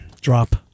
drop